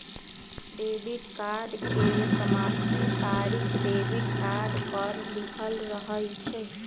debit card के समाप्ति तारिख डेबिट कार्ड पर लिखल रहइ छै